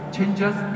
Changes